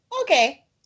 Okay